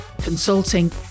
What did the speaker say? consulting